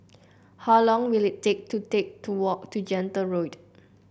how long will it take to take to walk to Gentle Road